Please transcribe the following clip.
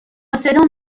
صدام